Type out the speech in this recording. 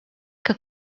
que